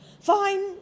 Fine